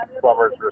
plumber's